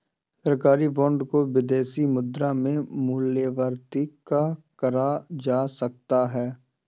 सरकारी बॉन्ड को विदेशी मुद्रा में मूल्यवर्गित करा जा सकता है